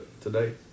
today